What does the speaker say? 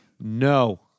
No